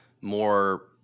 more